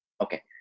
Okay